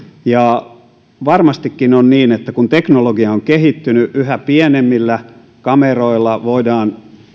varmastikin on niin että kun teknologia on kehittynyt yhä pienemmillä kameroilla voidaan